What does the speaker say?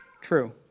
true